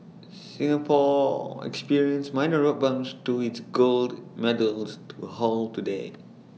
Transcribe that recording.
Singapore experienced minor road bumps to its gold medals we're haul today